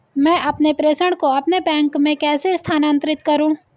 मैं अपने प्रेषण को अपने बैंक में कैसे स्थानांतरित करूँ?